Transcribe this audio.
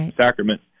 sacrament